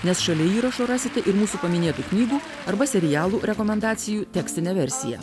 nes šalia įrašų rasite ir mūsų paminėtų knygų arba serialų rekomendacijų tekstinę versiją